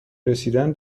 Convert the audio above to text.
رسیدن